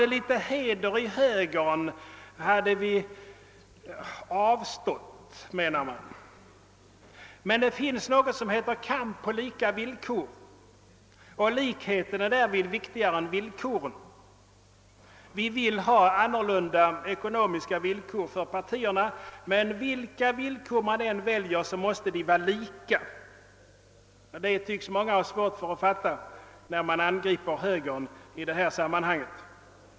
det litet heder i högern hade vi avstått från pengarna, menar man. Men det finns något. som heter kamp på lika villkor, och likheten, är därvid viktigare än villkoren. Vi vill ha andra ekonomiska villkor för partierna, men vilka villkor man än väljer så måste de vara desamma för, alla partier. Det tycks många ha svårt för att fatta eftersom man angriper högern i detta sammanhang.